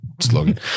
slogan